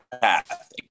path